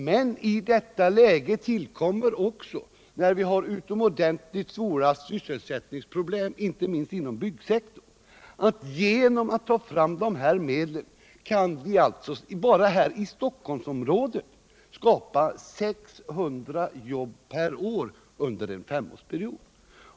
Men i det läget tillkommer också — när vi har utomordentligt svåra sysselsättningsproblem, inte minst inom byggsektorn — att vi genom att anvisa dessa medel bara här i Stockholmsområdet kan skapa 600 jobb per år under en femårsperiod.